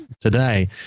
today